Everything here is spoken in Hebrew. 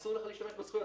אסור לך להשתמש בזכויות.